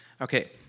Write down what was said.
Okay